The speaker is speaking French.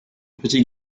petit